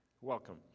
Welcome